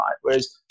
Whereas